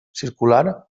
circular